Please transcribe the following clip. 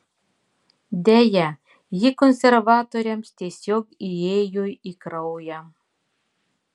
deja ji konservatoriams tiesiog įėjo į kraują